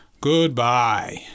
Goodbye